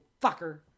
fucker